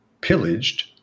pillaged